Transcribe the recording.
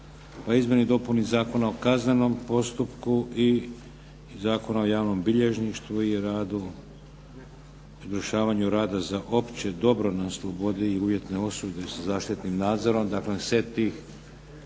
Izmjeni i dopuni zakona o kaznenom postupku i Zakona o javnom bilježništvu i radu, izvršavanju rada za opće dobro na slobodi i uvjetne osude sa zaštitnim nadzorom.